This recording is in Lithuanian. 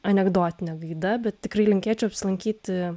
anekdotine gaida bet tikrai linkėčiau apsilankyti